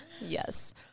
Yes